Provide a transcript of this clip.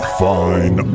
fine